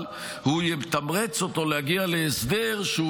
אבל הוא יתמרץ אותו להגיע להסדר שהוא